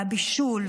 הבישול,